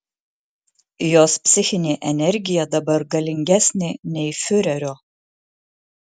jos psichinė energija dabar galingesnė nei fiurerio